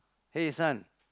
hey son